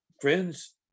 friends